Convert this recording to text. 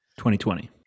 2020